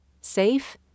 Safe